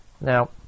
Now